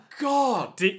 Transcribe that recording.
God